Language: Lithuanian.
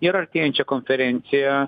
ir artėjančią konferenciją